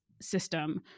system